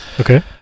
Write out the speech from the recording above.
Okay